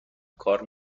کار